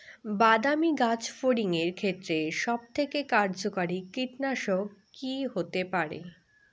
বাদামী গাছফড়িঙের ক্ষেত্রে সবথেকে কার্যকরী কীটনাশক কি হতে পারে?